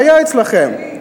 שהיה אצלכם?